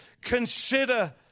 Consider